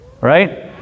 right